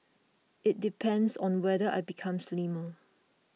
it depends on whether I become slimmer